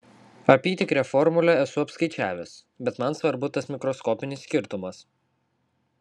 apytikrę formulę esu apskaičiavęs bet man svarbu tas mikroskopinis skirtumas